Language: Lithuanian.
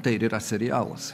tai ir yra serialuose